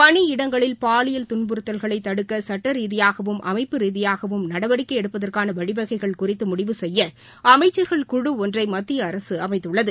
பணியிடங்களில் பாலியல் துன்புறுத்தல்களை தடுக்க சட்டரீதியாகவும் அமைப்பு ரீதியாகவும் நடவடிக்கை எடுப்பதற்கான வழிவகைகள் குறித்து முடிவு செய்ய அமைச்சகர்கள் குழு ஒன்றை மத்திய அரசு அமைத்துள்ளது